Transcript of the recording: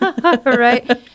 Right